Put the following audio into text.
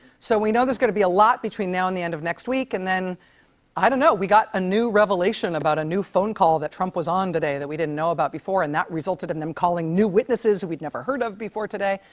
so, we know there's going to be a lot between now and the end of next week, and then i don't know. we got a new revelation about a new phone call that trump was on today that we didn't know about before, and that resulted in them calling new witnesses that we've never heard of before today.